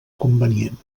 convenient